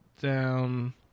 down